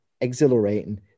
exhilarating